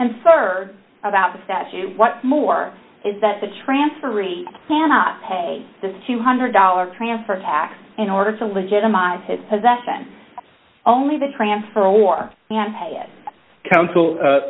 and sir about the statute what more is that the transferee cannot pay the two hundred dollars transfer tax in order to legitimize his possession only the transfer or counsel